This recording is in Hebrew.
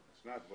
צאי מהחדר עכשיו.